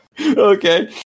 Okay